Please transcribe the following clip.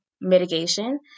mitigation